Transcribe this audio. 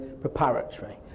preparatory